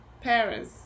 Paris